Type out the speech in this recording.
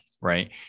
right